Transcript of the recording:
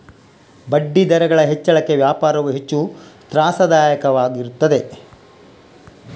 ಬಡ್ಡಿದರಗಳ ಹೆಚ್ಚಳಕ್ಕೆ ವ್ಯಾಪಾರವು ಹೆಚ್ಚು ತ್ರಾಸದಾಯಕವಾಗಿರುತ್ತದೆ